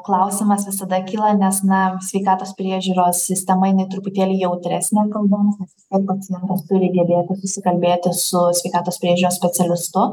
klausimas visada kyla nes na sveikatos priežiūros sistemai jinai truputėlį jautresnė kalboms nes vis tiek pacientas turi gebėti susikalbėti su sveikatos priežiūros specialistu